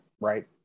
right